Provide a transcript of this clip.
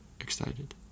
excited